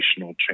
change